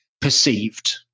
perceived